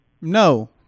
No